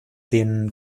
denen